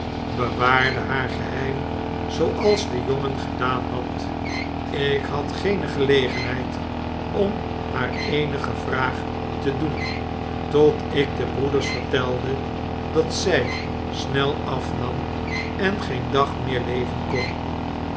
bewaarde haar geheim zooals de jongen gedaan had ik had geene gelegenheid om haar eenige vraag te doen tot ik den broeders vertelde dat zg snel afnam en geen dag meer leven kon